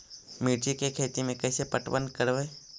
मिर्ची के खेति में कैसे पटवन करवय?